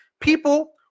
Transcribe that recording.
people